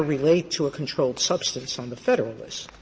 relate to a controlled substance on the federal list,